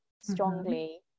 strongly